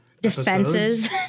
Defenses